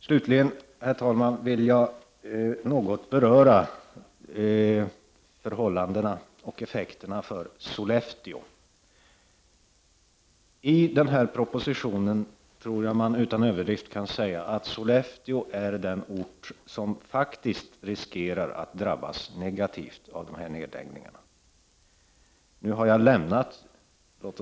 Slutligen, herr talman, vill jag något beröra förhållandena i och effekterna för Sollefteå. Man kan utan överdrift säga att Sollefteå är den ort som riskerar att drabbas negativt av de nedläggningar som föreslås i denna proposition.